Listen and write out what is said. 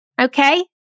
okay